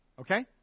okay